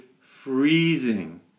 freezing